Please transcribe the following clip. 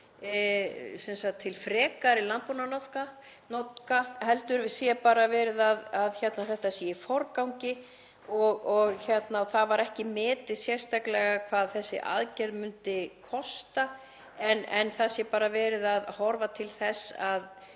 til frekari landbúnaðar heldur er bara verið að fjalla um þetta sé í forgangi. Það var ekki metið sérstaklega hvað þessi aðgerð myndi kosta en það er bara verið að horfa til þess að